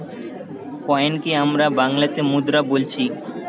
কয়েনকে আমরা বাংলাতে মুদ্রা বোলছি